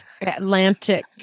Atlantic